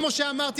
כמו שאמרתי,